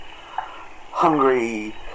hungry